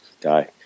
guy